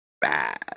bad